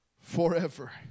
forever